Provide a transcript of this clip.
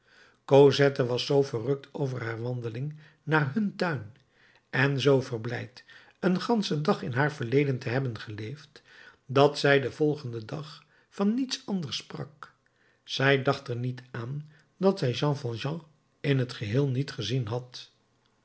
cosette was zoo verrukt over haar wandeling naar hun tuin en zoo verblijd een ganschen dag in haar verleden te hebben geleefd dat zij den volgenden dag van niets anders sprak zij dacht er niet aan dat zij jean valjean in t geheel niet gezien had